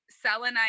selenite